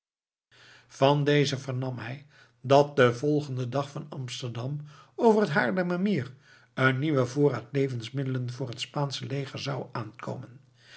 van dezen vernam hij dat den volgenden dag van amsterdam over het haarlemmermeer een nieuwe voorraad levensmiddelen voor het spaansche leger zou aankomen